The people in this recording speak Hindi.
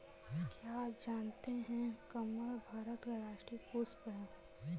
क्या आप जानते है कमल भारत का राष्ट्रीय पुष्प है?